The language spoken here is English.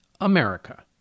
America